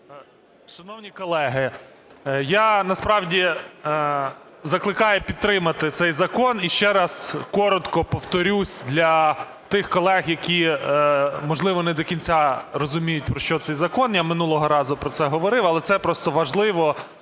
Шановні колеги, я насправді закликаю підтримати цей закон. І ще раз коротко повторюсь для тих колег, які, можливо, не до кінця розуміють, про що цей закон. Я минулого разу про це говорив, але це просто важливо,